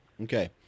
Okay